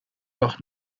doch